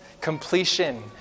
completion